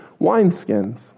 wineskins